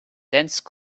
dense